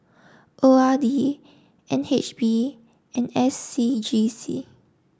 O R D N H B and S C G C